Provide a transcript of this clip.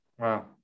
Wow